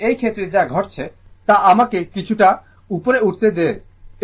সুতরাং এই ক্ষেত্রে যা ঘটছে তা আমাকে কিছুটা উপরে উঠতে দেয়